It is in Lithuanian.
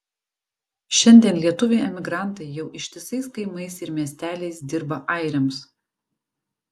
šiandien lietuviai emigrantai jau ištisais kaimais ir miesteliais dirba airiams